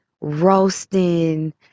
roasting